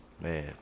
man